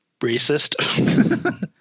racist